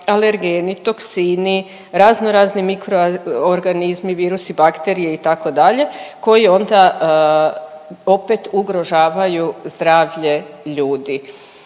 alergeni, toksini, raznorazni mikroorganizmi, virusi, bakterije, itd., koji onda opet ugrožavaju zdravlje ljudi.